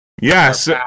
Yes